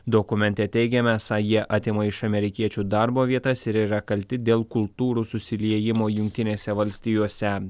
dokumente teigiama esą jie atima iš amerikiečių darbo vietas ir yra kalti dėl kultūrų susiliejimo jungtinėse valstijose